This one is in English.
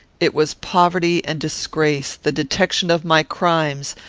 it was poverty and disgrace, the detection of my crimes,